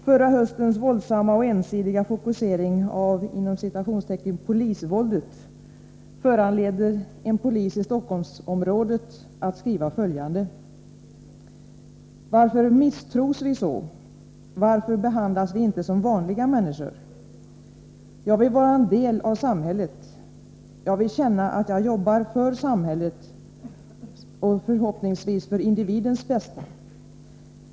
Förra höstens våldsamma och ensidiga fokusering av ”polisvåldet” föranledde en polis i Stockholmsområdet att skriva följande: ”Varför misstros vi så, varför behandlas vi inte som vanliga människor? Jag vill vara en del av samhället. Jag vill känna att jag jobbar för samhällets och förhoppningsvis för individens bästa.